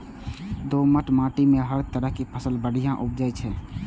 दोमट माटि मे हर तरहक फसल बढ़िया उपजै छै